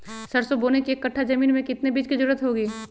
सरसो बोने के एक कट्ठा जमीन में कितने बीज की जरूरत होंगी?